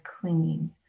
clinging